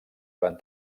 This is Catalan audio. van